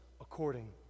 according